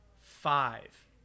five